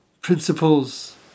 principles